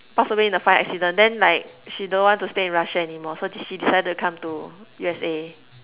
pass away in a fire accident then like she don't want to stay in Russia anymore so she decided to come to U_S_A